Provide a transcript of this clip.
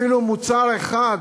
אפילו מוצר אחד,